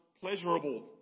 pleasurable